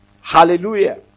Hallelujah